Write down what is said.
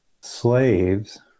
slaves